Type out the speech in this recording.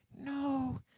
No